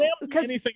because-